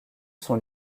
son